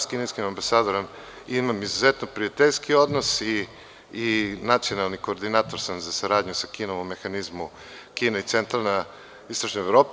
Sa kineskim ambasadorom imam izuzetno prijateljski odnos i nacionalni sam koordinator za saradnju sa Kinom u mehanizmu Kina i centralna istočna Evropa.